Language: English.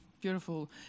beautiful